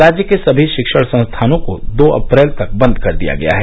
राज्य के सभी शिक्षण संस्थानों को दो अप्रैल तक बंद कर दिया गया है